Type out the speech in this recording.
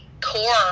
core